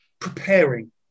preparing